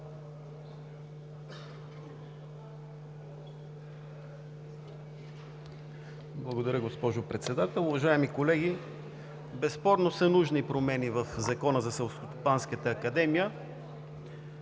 Благодаря, госпожо Председател. Уважаеми колеги, безспорно са нужни промени в Закона за Селскостопанската академия.